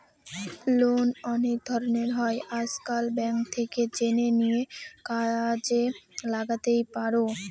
loan অনেক ধরনের হয় আজকাল, ব্যাঙ্ক থেকে জেনে নিয়ে কাজে লাগাতেই পারো